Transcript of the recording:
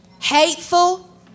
hateful